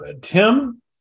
Tim